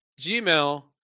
Gmail